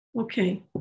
Okay